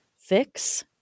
fix